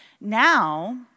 now